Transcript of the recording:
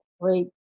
great